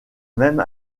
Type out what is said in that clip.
même